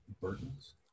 Burtons